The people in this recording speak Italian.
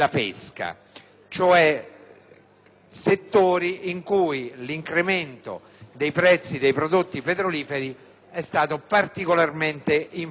settori cioè in cui l'incremento dei prezzi dei prodotti petroliferi è stato particolarmente influente.